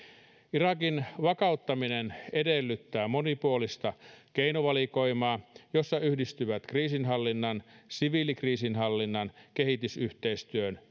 irakin vakauttaminen edellyttää monipuolista keinovalikoimaa jossa yhdistyvät kriisinhallinnan siviilikriisinhallinnan kehitysyhteistyön